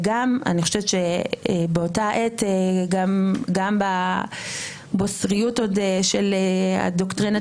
אני חושבת שבאותה עת גם בבוסריות של דוקטרינת